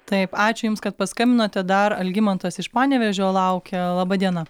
taip ačiū jums kad paskambinote dar algimantas iš panevėžio laukia laba diena